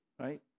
right